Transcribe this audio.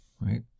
right